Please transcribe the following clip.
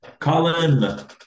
Colin